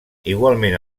igualment